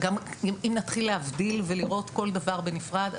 אם נתחיל להבדיל ולראות כל דבר בנפרד,